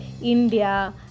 India